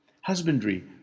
Husbandry